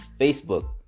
Facebook